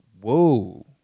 whoa